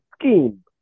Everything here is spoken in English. scheme